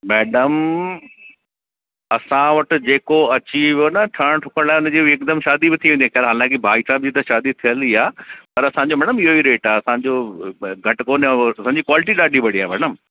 madam असां वटि जेको अची वियो न ठहिण ठुकण जे लाइ उन जी हिकदमु शादी बि थी वेंदी चल हिन भई साहिब जी त शादी थियलु ई आहे पर असांजो मैडम इहो ई रेट आहे असांजो घटि कोन्हे असांजी क्वालिटी ॾाढी बढ़िया आहे मैडम